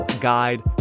guide